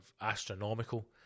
astronomical